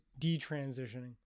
detransitioning